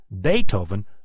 Beethoven